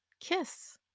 Kiss